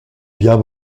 biens